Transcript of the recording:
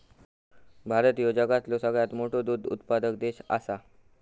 भारत ह्यो जगातलो सगळ्यात मोठो दूध उत्पादक देश आसा